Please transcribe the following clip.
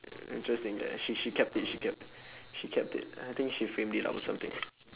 interesting she she kept it she kept she kept it I think she framed it up or something